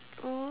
!aww!